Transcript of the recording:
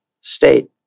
state